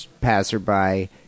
passerby